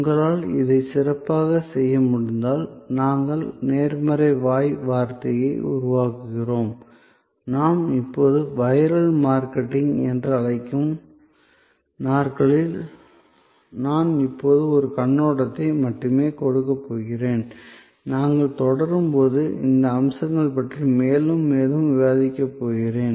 உங்களால் இதைச் சிறப்பாகச் செய்ய முடிந்தால் நாங்கள் நேர்மறை வாய் வார்த்தையை உருவாக்குகிறோம் நாம் இப்போது வைரல் மார்க்கெட்டிங் என்று அழைக்கும் நாட்களில் நான் இப்போது ஒரு கண்ணோட்டத்தை மட்டுமே கொடுக்கப் போகிறேன் நாங்கள் தொடரும்போது இந்த அம்சங்களைப் பற்றி மேலும் மேலும் விவாதிக்கப் போகிறேன்